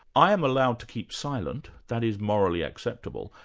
i am allowed to keep silent, that is morally acceptable.